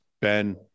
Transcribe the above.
Ben